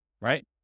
right